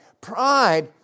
Pride